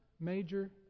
major